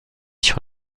sur